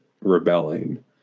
rebelling